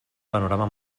panorama